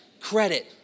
credit